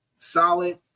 Solid